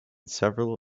several